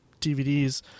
DVDs